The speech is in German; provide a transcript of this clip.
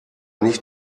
nicht